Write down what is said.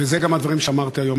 ואלה גם הדברים שאמרתי היום.